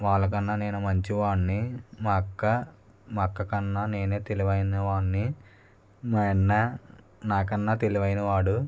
వాళ్ళ కన్నా నేను మంచివాణ్ణి మా అక్క మా అక్క కన్నా నేనే తెలివైనవాణ్ణి మా అన్న నాకన్నా తెలివైనవాడు